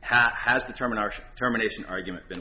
how has the terminal terminations argument been